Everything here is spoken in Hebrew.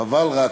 חבל רק